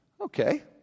Okay